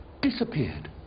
disappeared